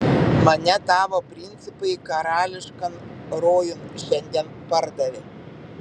mane tavo princai karališkan rojun šiandien pardavė